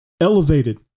Elevated